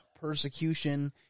persecution